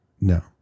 No